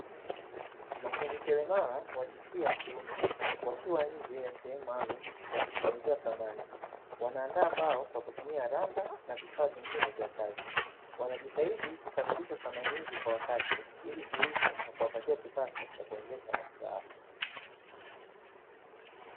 Mafundi selemala wa jinsia ya kiume wakiwa nje ya sehemu maalumu ya kutengenezea samani, wanaandaa mbao kwa kutumia randa na vifaa vingine vya kazi, wanajitahidi kukamilisha samani hizi kwa wakati ili ziuzwe na kuwapatia kipato cha kuendesha maisha yao.